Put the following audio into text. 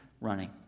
running